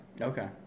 Okay